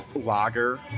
Lager